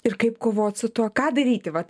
ir kaip kovot su tuo ką daryti vat